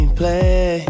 play